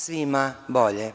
Svima bolje.